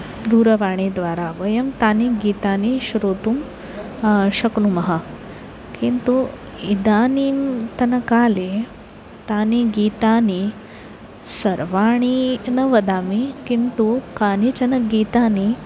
दूरवाणीद्वारा वयं तानि गीतानि श्रोतुं शक्नुमः किन्तु इदानीन्तनकाले तानि गीतानि सर्वाणि न वदामि किन्तु कानिचन गीतानि